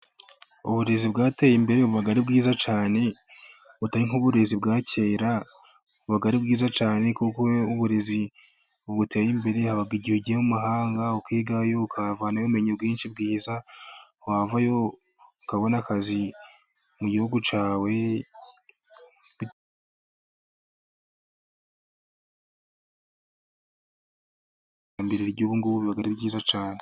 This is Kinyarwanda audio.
Uburezi bwateye imbere buba ari bwiza cyane, butari nk'uburezi bwa kera, buba ari bwiza cyane kuko uburezi buteye imbere haba igihe mumahanga ukiga ukavanayo ubumenyi bwinshi bwiza, wavayo ukabona akazi mu gihugu cyawe, iterambere ryubu riba Ari ryiza cyane.